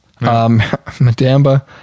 Madamba